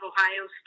Ohio